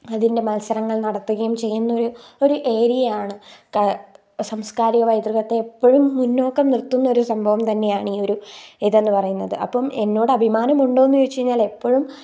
അതിൻ്റെ മത്സരങ്ങൾ നടത്തുകയും ചെയ്യുന്നൊരു ഒരു എരിയയാണ് സംസ്കാരിക പൈതൃകത്തെ എപ്പോഴും മുന്നോക്കം നിർത്തുന്നൊരു സംഭവം തന്നെയാണ് ഈ ഒരു ഇതെന്ന് പറയുന്നത് അപ്പം എന്നോട് അഭിമാനമുണ്ടോയെന്ന് ചോദിച്ചുകഴിഞ്ഞാൽ എപ്പോഴും